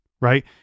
right